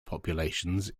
populations